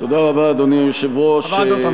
אדוני היושב-ראש,